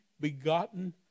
begotten